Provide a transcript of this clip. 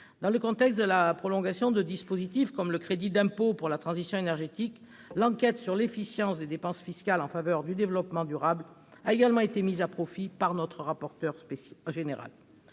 Dans le contexte de la prolongation de dispositifs comme le crédit d'impôt pour la transition énergétique, l'enquête sur l'efficience des dépenses fiscales en faveur du développement durable a également été mise à profit par le rapporteur général